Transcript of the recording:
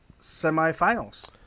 semifinals